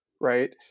right